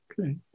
okay